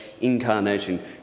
incarnation